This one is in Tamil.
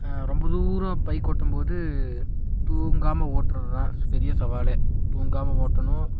ரொம்ப தூரம் பைக் ஓட்டும்போது தூங்காம ஓட்டுறது தான் ஸ் பெரிய சவாலே தூங்காமல் ஓட்டணும்